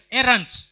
errant